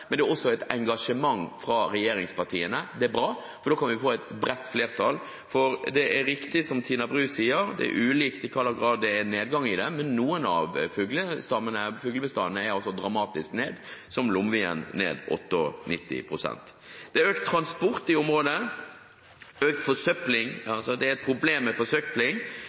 er også et engasjement fra regjeringspartiene. Det er bra, for da kan vi få et bredt flertall. Det er riktig som Tina Bru sier, at det varierer i hvilken grad de ulike stammene har gått ned, men noen av fuglestammene har gått dramatisk ned, som lomvien med en nedgang på 98 pst. Det er økt transport i området, og det er problem med forsøpling.